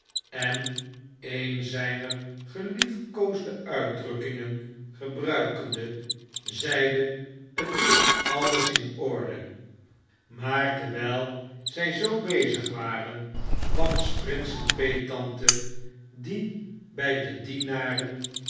en een zijner gelief koosde uitdrukkingen gebruikende zeide t is alles in orde maar terwjjl zjj zoo bezig waren kwam s prinsen peettante die by de dienaren